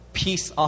peace